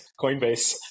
Coinbase